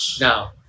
Now